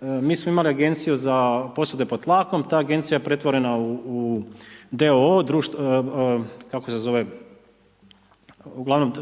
mi smo imali Agenciju za posude pod tlakom, ta agencija je pretvorena u d.o.o., uglavnom,